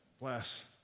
bless